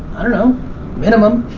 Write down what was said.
i dunno, minimum,